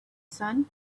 sun